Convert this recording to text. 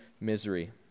misery